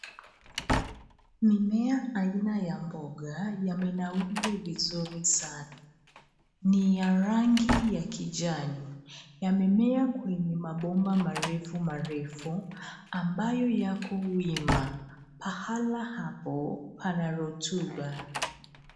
Mimea aina ya mboga yamenawiri vizuri sana, ni ya rangi ya kijani. Yamemea kwenye mabomba marefu marefu ambayo yako wima. Pahala hapo pana rutuba.